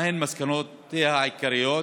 2. מהן המסקנות העיקריות?